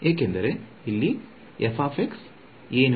ಯಾಕೆಂದರೆ ಇಲ್ಲಿ ಏನು